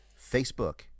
Facebook